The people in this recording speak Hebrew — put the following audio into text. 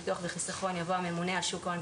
ביטוח וחיסכון" יבוא "הממונה על שוק ההון,